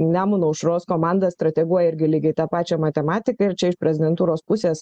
nemuno aušros komanda strateguoja irgi lygiai tą pačią matematiką ir čia iš prezidentūros pusės